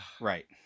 Right